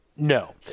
No